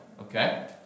okay